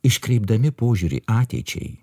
iškreipdami požiūrį ateičiai